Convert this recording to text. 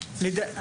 טרור.